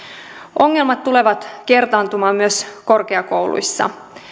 ongelmat tulevat kertaantumaan myös korkeakouluissa